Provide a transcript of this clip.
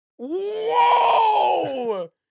Whoa